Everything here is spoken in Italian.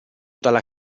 dalla